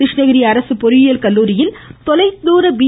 கிருஷ்ணகிரி அரசு பொறியியல் கல்லூரியில் தொலைதூர பி